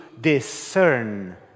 discern